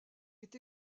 est